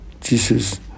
Jesus